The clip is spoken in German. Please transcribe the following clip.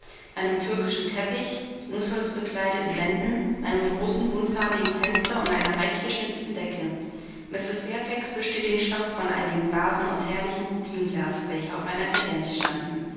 einem türkischen teppich nußholzbekleideten wänden einem großen buntfarbigen fenster und einer reich geschnitzten decke mrs fairfax wischte den staub von einigen vasen aus herrlichem rubinglas welche auf einer kredenz standen